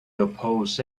oppose